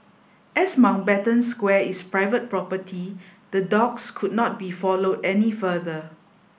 as Mountbatten Square is private property the dogs could not be followed any further